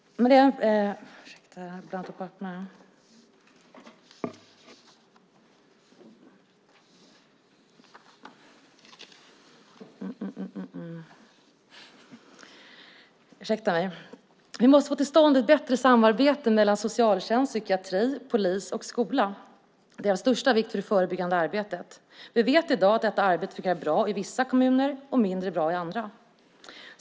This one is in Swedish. Vi måste få till stånd ett bättre samarbete mellan socialtjänst, psykiatri, polis och skola. Det är av största vikt för det förebyggande arbetet. Vi vet att det arbetet i dag fungerar bra i vissa kommuner och mindre bra i andra.